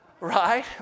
Right